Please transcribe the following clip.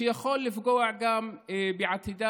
והם יכולים לפגוע גם בעתידם